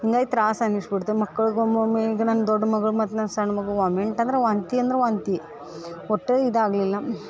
ಹಂಗಾಗಿ ತ್ರಾಸು ಅನಿಸಿಬಿಡ್ತು ಮಕ್ಳಿಗೆ ಒಮ್ಮೊಮ್ಮೆ ಈಗ ನನ್ನ ದೊಡ್ಡ ಮಗಳು ಮತ್ತು ನನ್ನ ಸಣ್ಣ ಮಗು ವಾಮಿಂಟ್ ಅಂದ್ರೆ ವಾಂತಿ ಅಂದ್ರೆ ವಾಂತಿ ಒಟ್ಟು ಇದಾಗಲಿಲ್ಲ